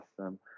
awesome